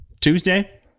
Tuesday